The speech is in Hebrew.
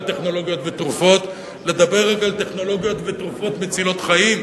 על טכנולוגיות ותרופות מצילות חיים.